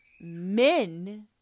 men